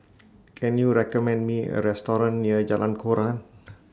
Can YOU recommend Me A Restaurant near Jalan Koran